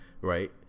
right